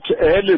early